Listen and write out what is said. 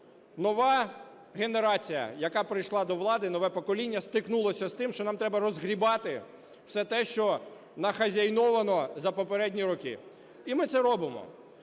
нова генерація, яка прийшла до влади, нове покоління стикнулося з тим, що нам треба розгрібати все те, що нахазяйновано за попередні роки, і ми це робимо.